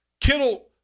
Kittle